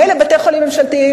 מילא בתי-חולים ממשלתיים,